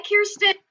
Kirsten